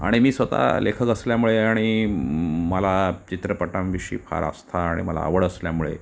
आणि मी स्वतः लेखक असल्यामुळे आणि मला चित्रपटांविषयी फार आस्था आणि मला आवड असल्यामुळे